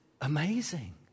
amazing